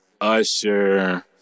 usher